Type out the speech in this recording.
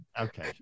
Okay